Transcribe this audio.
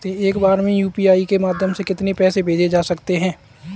एक बार में यू.पी.आई के माध्यम से कितने पैसे को भेज सकते हैं?